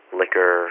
liquor